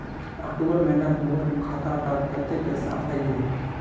अक्टूबर महीनात मोर खाता डात कत्ते पैसा अहिये?